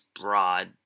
broad